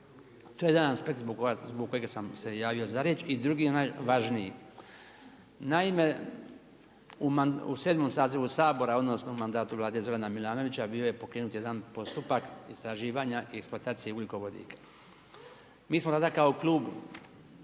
To je jedan aspekt zbog kojeg sam se javio za riječ i drugi onaj važniji. Naime, u sedmom sazivu Sabora odnosno mandatu Zorana Milanovića bio je pokrenut jedan postupak istraživanja i eksploataciju ugljikovodika. Mi smo tada kao klub